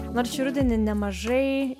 nors šį rudenį nemažai